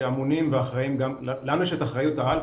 שאמונים ואחראים גם - לנו יש את אחריות העל,